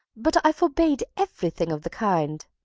but i forbade everything of the kind.